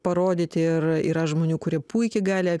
parodyti ir yra žmonių kurie puikiai gali